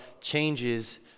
Changes